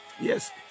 Yes